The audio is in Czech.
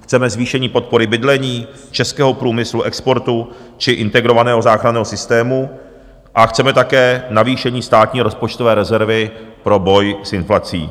Chceme zvýšení podpory bydlení, českého průmyslu, exportu či Integrovaného záchranného systému a chceme také navýšení státní rozpočtové rezervy pro boj s inflací.